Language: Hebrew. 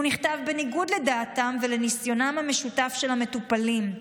הוא נכתב בניגוד לדעתם ולניסיונם המשותף של המטופלים,